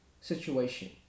situation